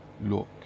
look